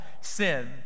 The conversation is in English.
sin